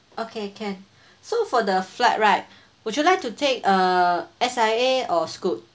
okay can so for the flight right would you like to take uh S_I_A or S C O O T